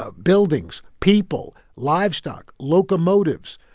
ah buildings, people, livestock, locomotives.